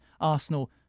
Arsenal